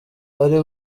ari